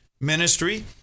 Ministry